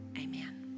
Amen